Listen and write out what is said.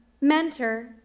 mentor